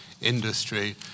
industry